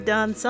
Done